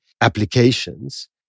applications